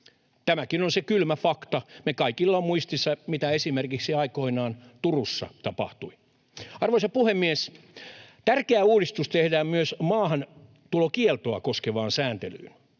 Tämäkin on se kylmä fakta: meillä kaikilla on muistissa, mitä esimerkiksi aikoinaan Turussa tapahtui. Arvoisa puhemies! Tärkeä uudistus tehdään myös maahantulokieltoa koskevaan sääntelyyn.